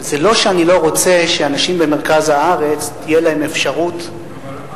זה לא שאני לא רוצה שלאנשים במרכז הארץ תהיה אפשרות לגור,